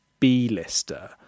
b-lister